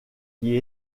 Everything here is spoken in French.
qui